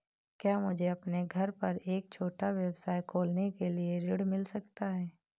क्या मुझे अपने घर पर एक छोटा व्यवसाय खोलने के लिए ऋण मिल सकता है?